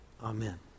Amen